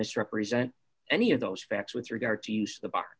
misrepresent any of those facts with regard to use the bar